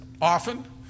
often